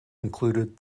included